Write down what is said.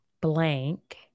blank